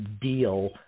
deal